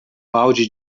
balde